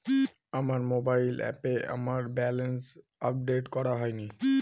আমার মোবাইল অ্যাপে আমার ব্যালেন্স আপডেট করা হয়নি